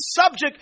subject